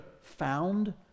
found